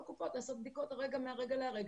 היכולת שם הרבה יותר גבוהה ממה שאנחנו כרגע מצפים,